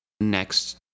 next